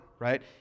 right